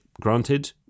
granted